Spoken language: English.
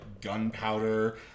gunpowder